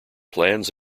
plans